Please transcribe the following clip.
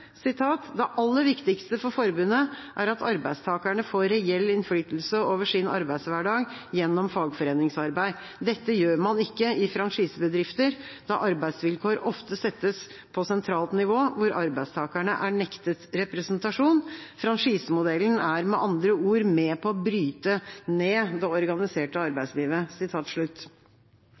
det: «Det aller viktigste for forbundet er at arbeidstakere får reell innflytelse over sin arbeidshverdag gjennom fagforeningsarbeid. Dette gjør man ikke i franchisebedrifter, da arbeidsvilkår ofte settes på sentralt nivå – hvor arbeidstakerne er nektet representasjon. Franchisemodellen er med andre ord med på å bryte ned det organiserte arbeidslivet.»